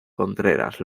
contreras